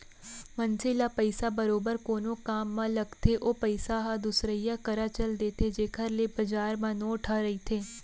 मनसे ल पइसा बरोबर कोनो काम म लगथे ओ पइसा ह दुसरइया करा चल देथे जेखर ले बजार म नोट ह रहिथे